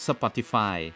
Spotify